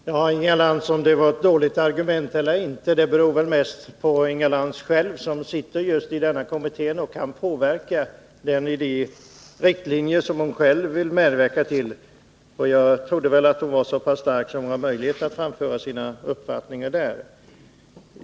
Herr talman! Ja, Inga Lantz, om mitt argument var dåligt eller inte beror väl mest på Inga Lantz själv, som ingår i denna kommitté och kan påverka den att dra upp sådana riktlinjer som hon själv vill medverka till. Jag trodde att Inga Lantz var så pass stark att hon hade möjlighet att framföra sin uppfattning inom kommittén.